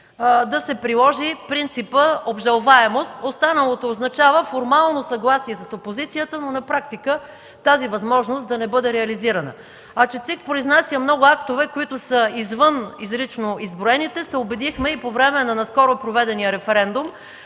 да се приложи принципът „обжалваемост”. Останалото означава формално съгласие от опозицията, но на практика тази възможност да не бъде реализирана. Че ЦИК произнася много актове, които са извън изрично изброените, се убедихме и по време на скоро проведения референдум,